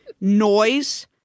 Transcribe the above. noise